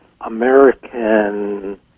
American